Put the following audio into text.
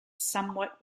somewhat